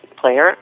player